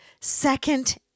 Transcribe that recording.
second